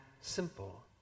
simple